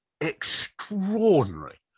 extraordinary